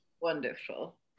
wonderful